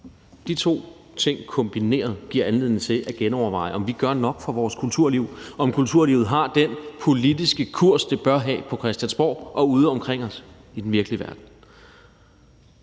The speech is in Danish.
De to ting kombineret giver anledning til at genoverveje, om vi gør nok for vores kulturliv, og om kulturlivet har den politiske kurs, det bør have på Christiansborg og ude omkring os i den virkelige verden.